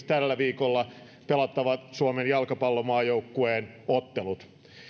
tällä viikolla pelattavat suomen jalkapallomaajoukkueen ottelut